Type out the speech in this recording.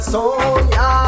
Sonia